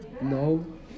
No